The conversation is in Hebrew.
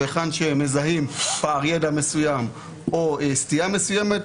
והיכן שמזהים פער ידע מסוים או סטייה מסוימת,